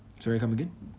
sorry come again